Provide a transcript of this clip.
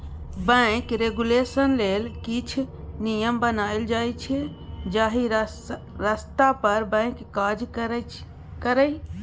bank regulation लेल किछ नियम बनाएल जाइ छै जाहि रस्ता पर बैंक काज करय